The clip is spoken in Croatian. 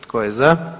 Tko je za?